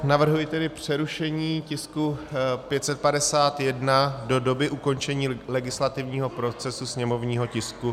Navrhuji tedy přerušení tisku 551 do doby ukončení legislativního procesu sněmovního tisku 657.